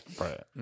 Right